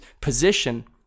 position